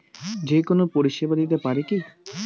যে কোনো পরিষেবা দিতে পারি কি?